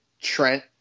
Trent